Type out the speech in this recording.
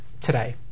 today